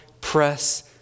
press